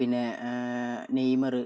പിന്നെ നെയ്മറ്